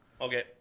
Okay